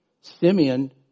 Simeon